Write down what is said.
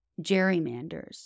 gerrymanders